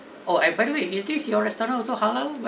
oh by they way is this your restaurant also halal b~